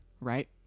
right